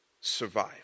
survive